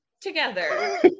together